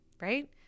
right